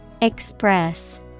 Express